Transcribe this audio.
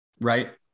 right